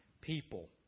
people